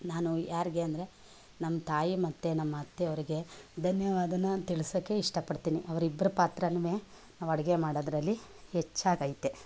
ನಾನು ಯಾರಿಗೆ ಅಂದರೆ ನಮ್ಮ ತಾಯಿ ಮತ್ತು ನಮ್ಮ ಅತ್ತೆಯವ್ರ್ಗೆ ಧನ್ಯವಾದ ನಾನು ತಿಳಿಸಕ್ಕೆ ಇಷ್ಟಪಡ್ತೀನಿ ಅವರಿಬ್ಬರ ಪಾತ್ರನು ನಾವು ಅಡುಗೆ ಮಾಡೋದ್ರಲ್ಲಿ ಹೆಚ್ಚಾಗೈತೆ